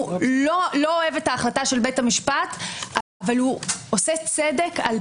לא אוהב את החלטת בית המשפט אבל הוא עושה צדק על